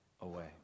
away